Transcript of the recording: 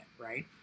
right